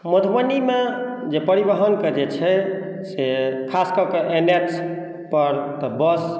मधुबनीमे जे परिवहनके जे छै से खासकऽ के एन एच पर तऽ बस